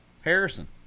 Harrison